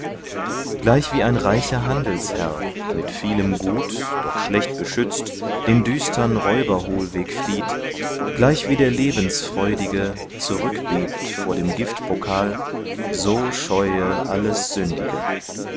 gleichwie ein reicher handelsherr mit vielem gut doch schlecht beschützt den düstern räuberhohlweg flieht gleichwie der lebensfreudige zurückbebt vor dem giftpokal so scheue alles sündige